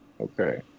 Okay